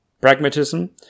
pragmatism